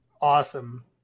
awesome